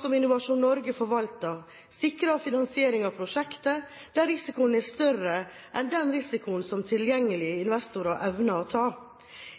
som Innovasjon Norge forvalter, sikrer finansiering av prosjekter der risikoen er større enn den risikoen som tilgjengelige investorer evner å ta.